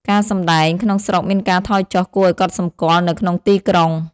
ការសម្តែង ក្នុងស្រុកមានការថយចុះគួរឱ្យកត់សម្គាល់នៅក្នុងទីក្រុង។